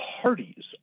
parties